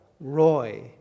Roy